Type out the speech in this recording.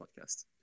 podcast